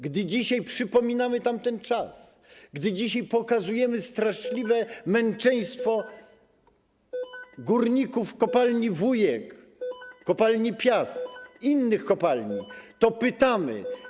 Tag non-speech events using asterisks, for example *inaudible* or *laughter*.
Gdy dzisiaj przypominamy tamten czas, gdy dzisiaj pokazujemy straszliwe *noise* męczeństwo górników kopalni Wujek, kopalni Piast, innych kopalni, to pytamy: